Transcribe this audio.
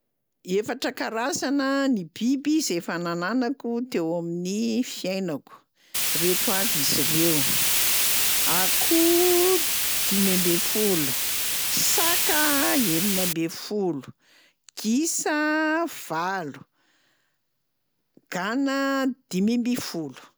Efatra karazana ny biby zay efa nananako teo amin'ny fiainako, reto avy izy reo: akoho dimy amby folo, saka enina amby folo, gisa valo, gana dimy amby folo.